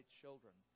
children